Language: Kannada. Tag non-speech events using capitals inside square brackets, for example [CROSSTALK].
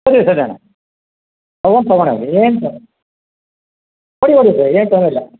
ಸರಿ ಸರಿ ಅಣ್ಣ [UNINTELLIGIBLE] ತಗೊಂಡೋಗಿ ಏನೂ ತೊನ್ ಕೊಡಿ ಕೊಡಿ ಸರ್ ಏನೂ ತೊಂದರೆ ಇಲ್ಲ